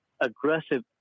aggressive